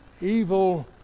evil